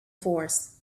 force